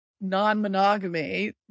non-monogamy